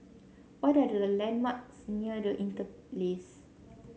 what are the landmarks near The Interlace